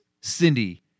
Cindy